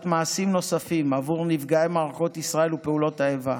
מעשים נוספים עבור נפגעי מערכות ישראל ופעולות האיבה,